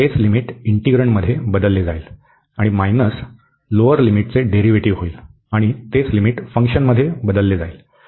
आणि तीच लिमिट इंटिग्रन्डमध्ये बदलली जाईल आणि वजा खालच्या लिमिटचे डेरीव्हेटिव होईल आणि तीच लिमिट फंक्शनमध्ये बदलली केली जाईल